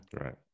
Right